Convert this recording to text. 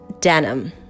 denim